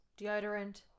deodorant